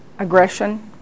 aggression